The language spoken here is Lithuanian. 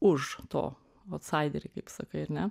už to vat saideriai kaip sakai ar ne